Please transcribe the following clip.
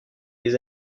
les